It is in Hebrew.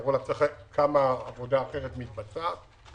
תארו לעצמכם כמה עבודה אחרת מתבצעת.